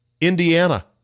Indiana